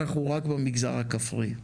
אנחנו רק במגזר הכפרי.